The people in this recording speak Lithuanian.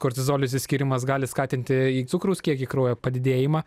kortizolio išsiskyrimas gali skatinti cukraus kiekį kraujy padidėjimą